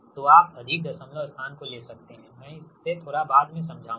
तो आप अधिक दशमलव स्थानों को ले सकते हैं मैं इसे थोड़ा बाद में समझाऊंगा